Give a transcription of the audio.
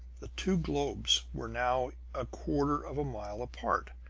the two globes were now a quarter of a mile apart,